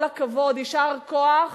כל הכבוד, יישר כוח.